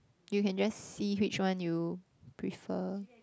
you can just see which one you prefer